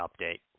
update